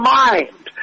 mind